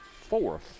fourth